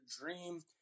Dream